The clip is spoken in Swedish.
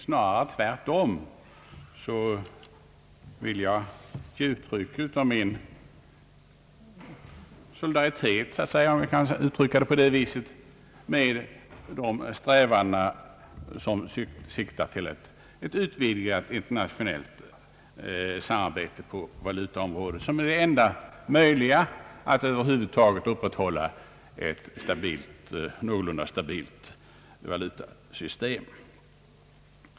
Snarare ville jag tvärtom uttrycka min solidaritet — om jag får uttrycka mig så — med de strävanden som siktar till ett utvidgat internationellt samarbete på valutaområdet, vilket är förutsättningen för att man skall kunna upprätthålla ett någorlunda stabilt valutasystem.